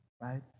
right